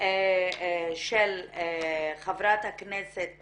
של חברת הכנסת